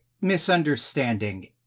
misunderstanding